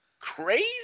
crazy